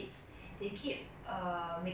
人命 at stake you know then